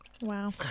Wow